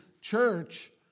church